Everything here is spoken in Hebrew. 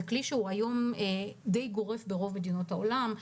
זה כלי די גורף ברוב מדינות העולם,